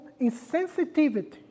insensitivity